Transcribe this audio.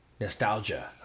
nostalgia